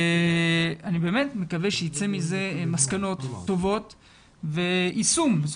אני באמת מקווה שייצאו מזה מסקנות טובות ויישום.